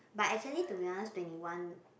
but actually to be honest twenty one